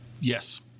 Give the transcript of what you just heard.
Yes